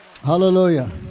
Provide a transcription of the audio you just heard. Hallelujah